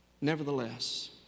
nevertheless